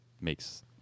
makes